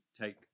take